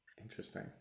interesting